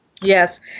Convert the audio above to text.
Yes